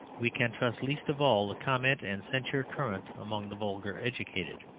we can trust least of all the comment and censure current among the vulgar educated.